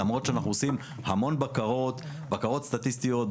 למרות שאנחנו עושים המון בקרות בקרות סטטיסטיות,